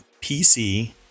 PC